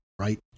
right